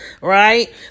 right